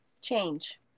change